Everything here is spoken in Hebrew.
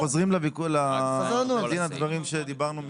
חברים, אנחנו חוזרים לדין ודברים שדיברנו קודם.